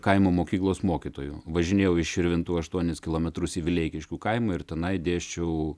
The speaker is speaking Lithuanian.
kaimo mokyklos mokytoju važinėjau iš širvintų aštuonis kilometrus į vileikiškių kaimą ir tenai dėsčiau